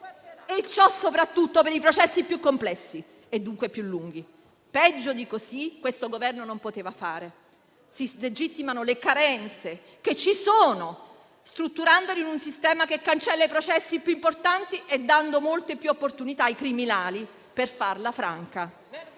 e ciò soprattutto per i processi più complessi e dunque più lunghi. Peggio di così questo Governo non poteva fare. Si legittimano le carenze esistenti, strutturandole in un sistema che cancella i processi più importanti e dando molte più opportunità ai criminali per farla franca.